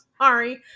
sorry